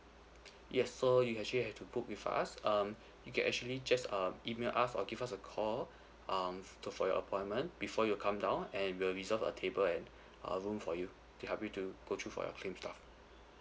yes so you actually have to book with us um you can actually just uh email us or give us a call um to for your appointment before you come down and we will reserve a table and a room for you to help you to go through for your claim stuff